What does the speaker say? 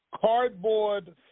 cardboard